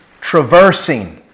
traversing